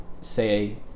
say